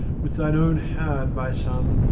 with thine own hand, my son,